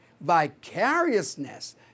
Vicariousness